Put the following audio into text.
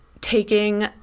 taking